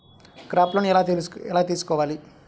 Crop loan ఎలా తీసుకోవాలి?